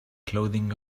clothing